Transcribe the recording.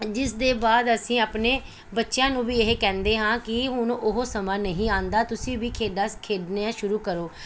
ਜਿਸ ਦੇ ਬਾਅਦ ਅਸੀਂ ਆਪਣੇ ਬੱਚਿਆਂ ਨੂੰ ਵੀ ਇਹ ਕਹਿੰਦੇ ਹਾਂ ਕਿ ਹੁਣ ਉਹ ਸਮਾਂ ਨਹੀਂ ਆਉਂਦਾ ਤੁਸੀਂ ਵੀ ਖੇਡਾਂ ਖੇਡਣੀਆਂ ਸ਼ੁਰੂ ਕਰੋ